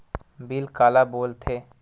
Bill काला बोल थे?